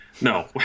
no